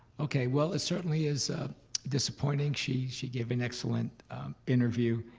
okay well it certainly is disappointing. she she gave an excellent interview,